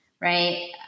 right